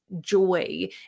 joy